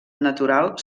natural